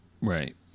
Right